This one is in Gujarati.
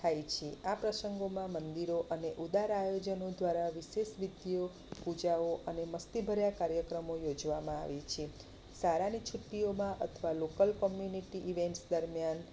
થાય છે આ પ્રસંગોમાં મંદિરો અને ઉદાર આયોજનો દ્વારા વિશેષ વિધિઓ પૂજાઓ અને મસ્તીભર્યા કાર્યક્રમો યોજવામાં આવે છે શાળાની છૂટ્ટીઓમાં અથવા લોકલ કોમ્યુનિટી ઈવેન્ટ્સ દરમિયાન